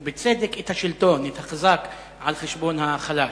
ובצדק, את השלטון, את החזק, על חשבון החלש.